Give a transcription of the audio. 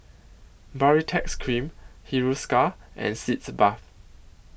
Baritex Cream Hiruscar and Sitz Bath